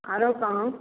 आओर कहू